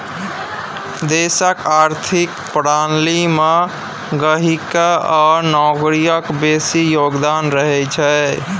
देशक आर्थिक प्रणाली मे गहिंकी आ नौकरियाक बेसी योगदान रहैत छै